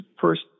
first